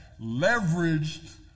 leveraged